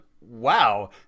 Wow